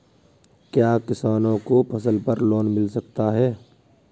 क्या किसानों को फसल पर लोन मिल सकता है?